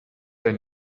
der